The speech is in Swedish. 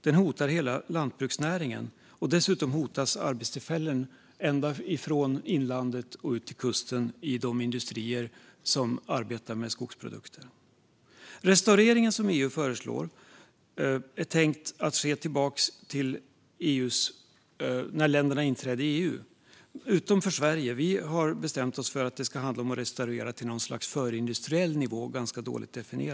Den hotar hela lantbruksnäringen, och dessutom hotas arbetstillfällen från inlandet och ut till kusten i de industrier som arbetar med skogsprodukter. Restaureringen som EU föreslår är tänkt att se tillbaka till situationen när länderna inträdde i EU, utom för Sverige. I Sverige har vi bestämt oss för att det ska handla om att restaurera till något slags dåligt definierad förindustriell nivå.